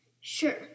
Sure